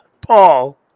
Paul